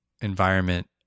environment